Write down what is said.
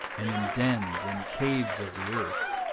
and in dens and caves of the earth.